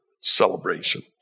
celebration